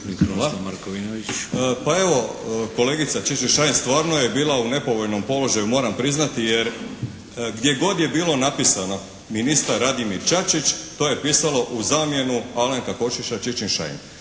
Pa evo kolegica Čičin-Šain stvarno je bila u nepovoljnom položaju moram priznati jer gdje god je bilo napisano ministar Radimir Čačić to je pisalo u zamjenu Alenka Košiša Čičin-Šain.